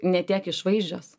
ne tiek išvaizdžios